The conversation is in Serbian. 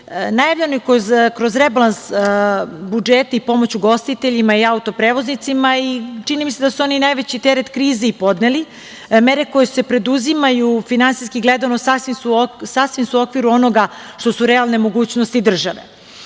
Najavljena je kroz rebalans budžeta i pomoć ugostiteljima i autoprevoznicima i čini mi se da su oni najveći teret krize i podneli. Mere koje se preduzimaju finansijski gledano sasvim su u okviru onoga što su realne mogućnosti države. Svakako